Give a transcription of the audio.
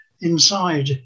inside